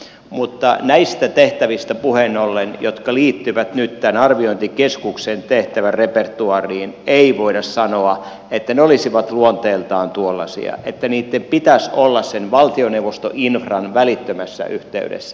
mutta näistä tehtävistä puheen ollen jotka liittyvät nyt tämän arviointikeskuksen tehtävärepertoaariin ei voida sanoa että ne olisivat luonteeltaan tuollaisia että niitten pitäisi olla sen valtioneuvostoinfran välittömässä yhteydessä